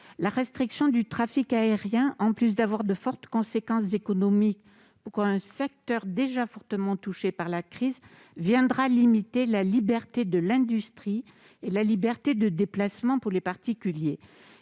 La restriction du trafic aérien, en plus d'avoir de fortes conséquences économiques sur un secteur déjà fortement touché par la crise, viendra limiter la liberté du commerce et de l'industrie des transporteurs,